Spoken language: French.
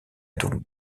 donc